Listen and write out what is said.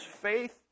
faith